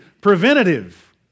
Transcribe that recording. preventative